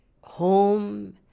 Home